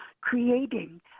creating